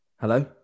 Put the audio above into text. Hello